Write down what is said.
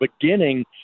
beginning